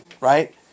right